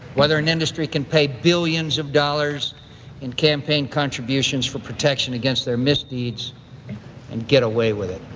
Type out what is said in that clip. whether an industry can pay billions of dollars in campaign contributions for protection against their misdeeds and get away with it